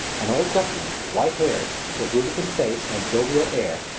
an old gentleman, white-haired, with rubicund face and a jovial air,